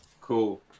Cool